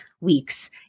weeks